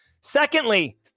Secondly